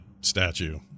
statue